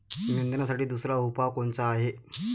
निंदनासाठी दुसरा उपाव कोनचा हाये?